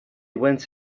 went